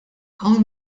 hawn